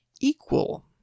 equal